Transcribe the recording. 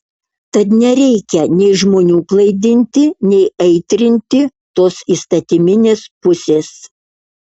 tad nereikia nei žmonių klaidinti nei aitrinti tos įstatyminės pusės